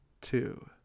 Two